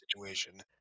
situation